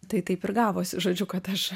tai taip ir gavosi žodžiu kad aš